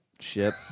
ship